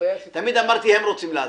תמיד אמרתי שהם רוצים להדליף.